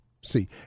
See